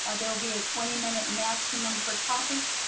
ah there'll be a twenty minute maximum per topic.